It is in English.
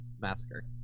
Massacre